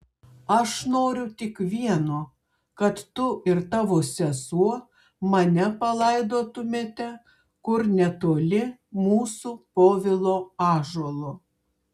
aš noriu tik vieno kad tu ir tavo sesuo mane palaidotumėte kur netoli mūsų povilo ąžuolo